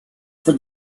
for